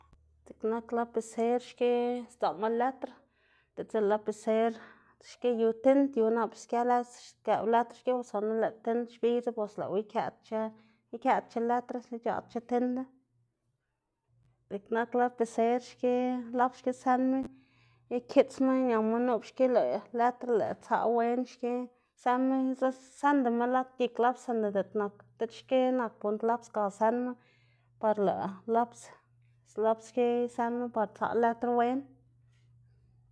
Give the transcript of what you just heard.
Dziꞌk nak lapiser xki sdzaꞌma letr diꞌltsa lëꞌ lapiser xki yu tind yu nap ske letr skëꞌwu letr o sino lëꞌ tind xbidzu bos lëꞌwu ikëꞌdc̲h̲a ikëꞌdc̲h̲a letr ic̲h̲aꞌdc̲h̲a tindu, dziꞌk nak lapiser xki laps xki sënma ikiꞌtsma ñama nup xki lëꞌ letr lëꞌ tsaꞌ wen xki sën sëndama lad gik laps sinda diꞌt nak diꞌt xki nak pund laps ga sënma, par lëꞌ laps lëꞌ laps xki sënma par tsaꞌ letr wen.